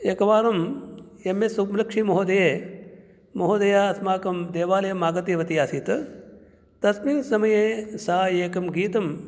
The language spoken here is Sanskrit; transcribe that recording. एकवारं एम् एस् सुब्लक्ष्मीमहोदये महोदया अस्माकं देवालयम् आगतवती आसीत् तस्मिन् समये सा एकं गीतं